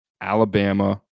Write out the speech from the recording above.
Alabama